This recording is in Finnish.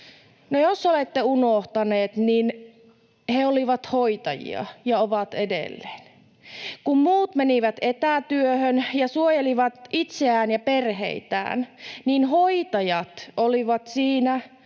jos olette unohtaneet, niin he olivat hoitajia ja ovat edelleen. Kun muut menivät etätyöhön ja suojelivat itseään ja perheitään, niin hoitajat olivat siinä potilaan